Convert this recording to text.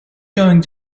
going